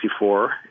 1964